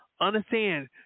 Understand